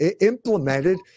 implemented